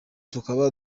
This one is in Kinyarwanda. tukaba